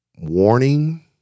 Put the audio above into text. warning